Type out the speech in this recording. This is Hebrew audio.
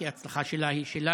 כי ההצלחה שלה היא שלנו.